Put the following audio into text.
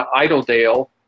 idledale